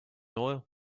oil